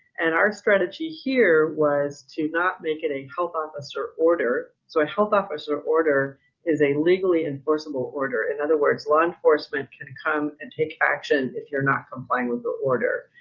and our strategy here was to not make it a health officer order. so a health officer order is a legally enforceable order. in other words, law enforcement can come and take action if you're not complying with the order.